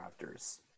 Raptors